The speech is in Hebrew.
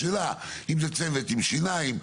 השאלה אם זה צוות עם שיניים?